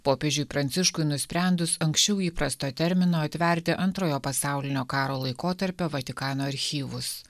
popiežiui pranciškui nusprendus anksčiau įprasto termino atverti antrojo pasaulinio karo laikotarpio vatikano archyvus